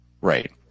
Right